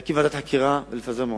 להקים ועדת חקירה ולפזר מועצה.